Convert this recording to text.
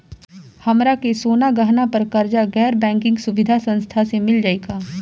हमरा के सोना गहना पर कर्जा गैर बैंकिंग सुविधा संस्था से मिल जाई का?